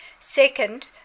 Second